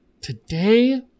today